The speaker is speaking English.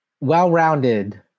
well-rounded